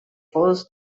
first